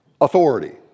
authority